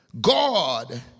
God